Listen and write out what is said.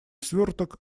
сверток